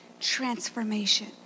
transformation